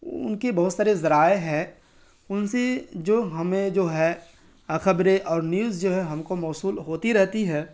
ان کے بہت سارے ذرائع ہیں ان سے جو ہمیں جو ہے خبریں اور نیوز جو ہے ہم کو موصول ہوتی رہتی ہے